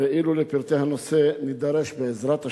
ואילו לפרטי הנושא נידרש, בעזרת השם,